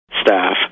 staff